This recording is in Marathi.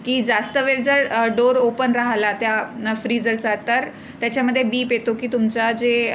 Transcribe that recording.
की जास्त वेळ जर डोअर ओपन राहिला त्या फ्रीजरचा तर त्याच्यामध्ये बीप येतो की तुमचा जे